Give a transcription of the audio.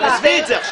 עזבי את זה עכשיו.